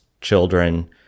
children